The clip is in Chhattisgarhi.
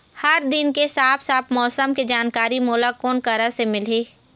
हर दिन के साफ साफ मौसम के जानकारी मोला कोन करा से मिलही?